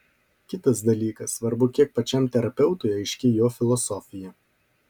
kitas dalykas svarbu kiek pačiam terapeutui aiški jo filosofija